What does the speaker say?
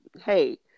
hey